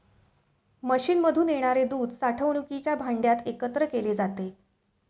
मशीनमधून येणारे दूध साठवणुकीच्या भांड्यात एकत्र केले जाते